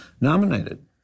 nominated